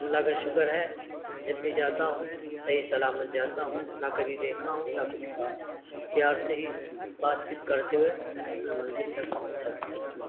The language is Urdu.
اللہ کا شکر ہے جب بھی جاتا ہوں صحیح سلامت جاتا ہوں نہ کبھی دیکھا ہوں نہ کچھ کہا پیار سے ہی بات چیت کرتے ہوئے اپنے منزل تک پہنچ جاتا ہوں